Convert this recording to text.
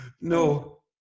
no